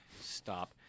Stop